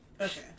Okay